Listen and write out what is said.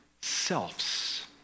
selves